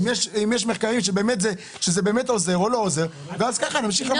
אם יש מחקרים שמראים שזה באמת עוזר או לא עוזר וכך נמשיך.